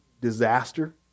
disaster